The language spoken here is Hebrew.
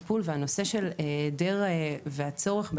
ד"ר שי חן גל דיבר קודם הוא שותף שלנו.